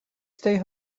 stay